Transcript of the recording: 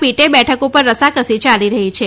પીટે બેઠક ઉપર રસાકસી યાલી રહી છે